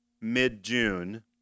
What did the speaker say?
mid-June